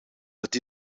het